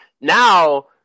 Now